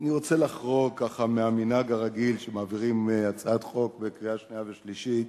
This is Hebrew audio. אני רוצה לחרוג מהמנהג הרגיל שמעבירים הצעת חוק בקריאה שנייה ושלישית,